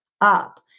up